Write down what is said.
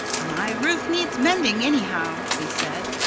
my roof needed mending, anyhow, he said.